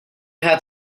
had